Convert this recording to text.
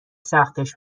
سختش